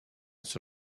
sur